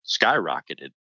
skyrocketed